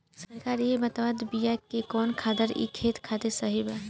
सरकार इहे बतावत बिआ कि कवन खादर ई खेत खातिर सही बा